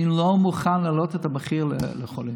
אני לא מוכן להעלות את המחיר לחולים.